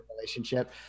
relationship